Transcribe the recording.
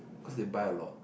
cause they buy a lot